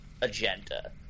agenda